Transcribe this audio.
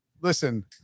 Listen